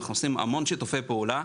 אנחנו עושים המון שיתופי פעולה.